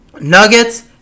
Nuggets